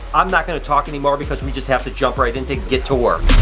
i'm not gonna talk anymore because we just have to jump right in to get to work.